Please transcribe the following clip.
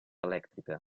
elèctrica